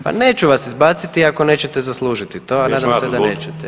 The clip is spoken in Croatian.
Pa neću vas izbaciti ako nećete zaslužiti to, a nadam se da nećete.